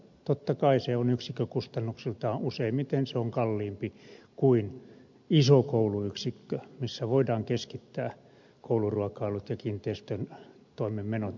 totta kai se on yksikkökustannuksiltaan useimmiten kalliimpi kuin iso kouluyksikkö missä voidaan keskittää kouluruokailut ja kiinteistötoimen menot ynnä muuta